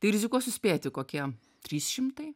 tai rizikuosiu spėti kokie trys šimtai